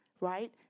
right